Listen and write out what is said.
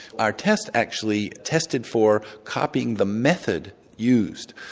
our test actually tested for copying the method used.